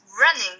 running